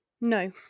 No